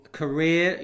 career